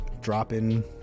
Dropping